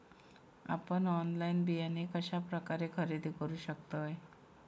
आपन ऑनलाइन बियाणे कश्या प्रकारे खरेदी करू शकतय?